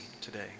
today